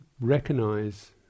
recognize